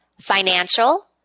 financial